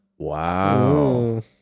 Wow